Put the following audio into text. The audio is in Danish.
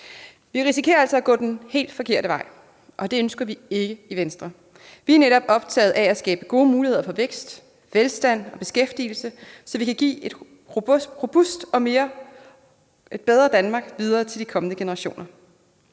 Vi risikerer altså at gå den helt forkerte vej, og det ønsker vi ikke i Venstre. Vi er netop optaget af at skabe gode muligheder for vækst, velstand og beskæftigelse, så vi kan give et robust og bedre Danmark videre til de kommende generationer.